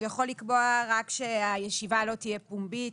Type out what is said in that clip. הוא יכול לקבוע שהישיבה לא תהיה פומבית,